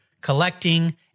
collecting